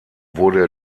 wurde